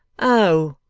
oh!